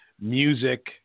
music